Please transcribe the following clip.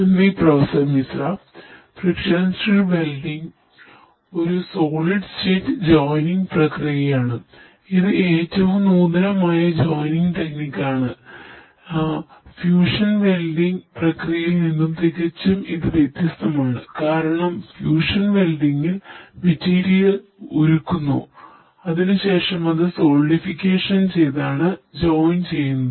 നന്ദി പ്രൊഫസർ മിശ്രചെയ്യുന്നത്